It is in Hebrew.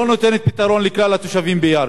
שלא נותנת פתרון לכלל התושבים בירכא,